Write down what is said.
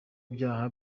byaha